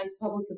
public